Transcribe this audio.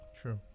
true